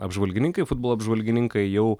apžvalgininkai futbolo apžvalgininkai jau